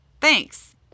Thanks